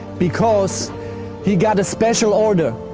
because he got a special order.